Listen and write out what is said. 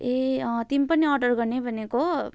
ए अँ तिमी पनि अर्डर गर्ने भनेको